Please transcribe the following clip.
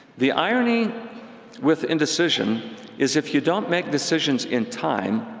the irony with indecision is if you don't make decisions in time,